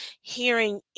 hearing